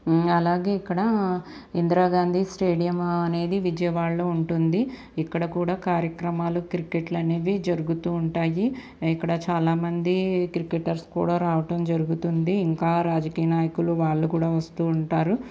అలాగే ఇక్కడ ఇందిరా గాంధీ స్టేడియమ్ అనేది విజయవాడలో ఉంటుంది ఇక్కడ కూడా కార్యక్రమాలు క్రికెట్లు అనేవి జరుగుతూ ఉంటాయి ఇక్కడ చాలా మంది క్రికెటర్స్ కూడా రావటం జరుగుతుంది ఇంకా రాజకీయ నాయకులు వాళ్ళు కూడా వస్తూ ఉంటారు